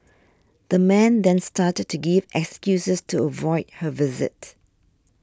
the man then started to give excuses to avoid her visit